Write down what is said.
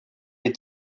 des